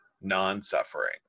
non-suffering